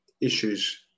issues